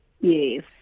Yes